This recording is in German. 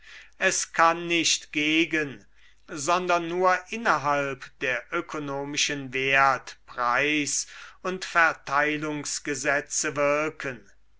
es kann nicht gegen sondern nur innerhalb der ökonomischen wertpreis und verteilungsgesetze wirken